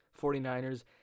49ers